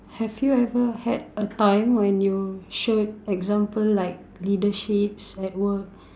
have you ever had a time when you showed example like leaderships at work